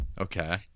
Okay